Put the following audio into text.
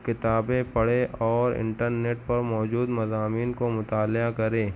کتابیں پڑھے اور انٹرنیٹ پر موجود مضامین کو مطالعہ کریں